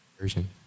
version